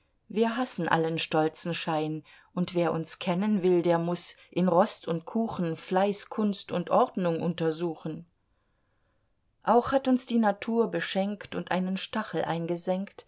wir hassen allen stolzen schein und wer uns kennen will der muß in rost und kuchen fleiß kunst und ordnung untersuchen auch hat uns die natur beschenkt und einen stachel eingesenkt